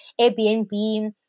Airbnb